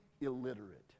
illiterate